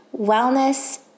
wellness